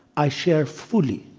i share, fully,